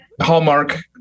Hallmark